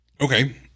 Okay